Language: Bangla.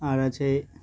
আর আছে